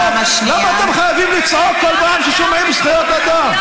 למה אתם חייבים לצעוק כל פעם כששומעים זכויות אדם?